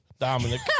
Dominic